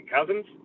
Cousins